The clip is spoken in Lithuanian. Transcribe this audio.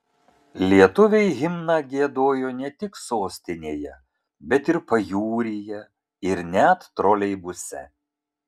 lietuviai himną giedojo ne tik sostinėje bet ir pajūryje ir net troleibuse